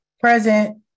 present